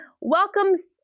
welcomes